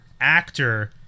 actor